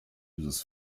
uses